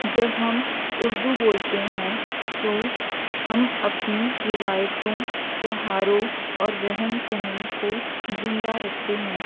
جب ہم اردو بولتے ہیں تو ہم اپنی روایتوں تیوہاروں اور رہن سہن کو زندہ رکھتے ہیں